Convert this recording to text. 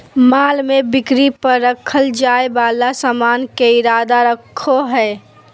माल में बिक्री पर रखल जाय वाला सामान के इरादा रखो हइ